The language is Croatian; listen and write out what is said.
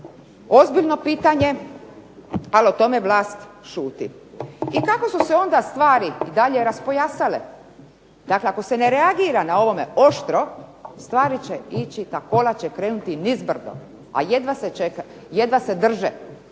ozbiljno pitanje, ali o tome vlast šuti. I tako su se onda stvari i dalje raspojasale. Dakle, ako se ne reagira na ovome oštro stvari će ići, ta kola će krenuti nizbrdo, a jedva se drže